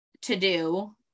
to-do